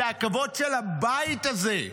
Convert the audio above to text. זה הכבוד של הבית הזה.